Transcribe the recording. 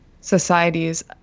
societies